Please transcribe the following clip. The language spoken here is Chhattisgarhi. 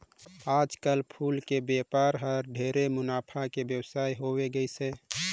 आयज कायल फूल के बेपार हर ढेरे मुनाफा के बेवसाय होवे गईस हे